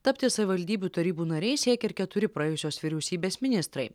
tapti savivaldybių tarybų nariais siekia ir keturi praėjusios vyriausybės ministrai